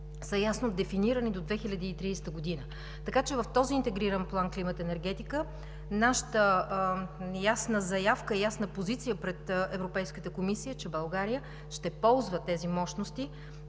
са ясно дефинирани до 2030 г. В този интегриран план „Енергетика и климат“ нашата ясна заявка, ясна позиция пред Европейската комисия е, че България ще ползва тези мощности,